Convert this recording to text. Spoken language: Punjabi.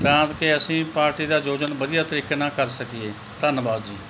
ਤਾਂ ਕਿ ਅਸੀਂ ਪਾਰਟੀ ਦਾ ਆਯੋਜਨ ਵਧੀਆ ਤਰੀਕੇ ਨਾਲ ਕਰ ਸਕੀਏ ਧੰਨਵਾਦ ਜੀ